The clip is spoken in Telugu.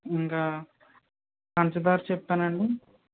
ఇంకా పంచదార చెప్పానా అండి